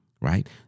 right